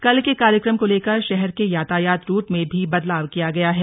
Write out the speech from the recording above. कल के कार्यक्रम को लेकर शहर के यातायात रूट में भी बदलाव किया गया है